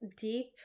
Deep